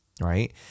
right